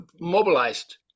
mobilized